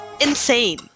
insane